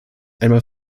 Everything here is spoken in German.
einmal